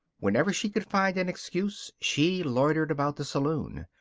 whenever she could find an excuse she loitered about the saloon.